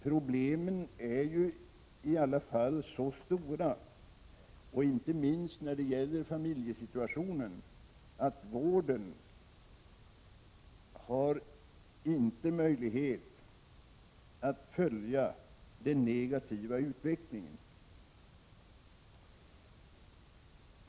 Problemen är i alla fall så stora — inte minst när det gäller familjesituationen — att vården inte har möjlighet att följa den negativa utvecklingen.